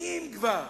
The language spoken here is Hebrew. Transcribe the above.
אם כבר,